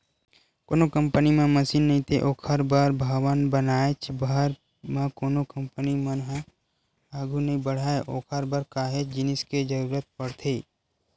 कोनो कंपनी म मसीन नइते ओखर बर भवन बनाएच भर म कोनो कंपनी मन ह आघू नइ बड़हय ओखर बर काहेच जिनिस के जरुरत पड़थे